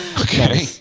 Okay